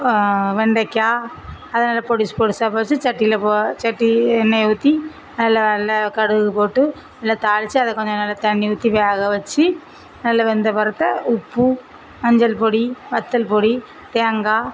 வெண்டைக்காய் அதை நல்லா பொடுசு பொடுசாக பொரித்து சட்டியில் போ சட்டி எண்ணெயை ஊற்றி நல்ல நல்லா கடுகு போட்டு நல்லா தாளித்து அதை கொஞ்சம் நல்லா தண்ணி ஊற்றி வேக வச்சு நல்லா வெந்த பிறத்த உப்பு மஞ்சள் பொடி வற்றல் பொடி தேங்காய்